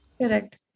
Correct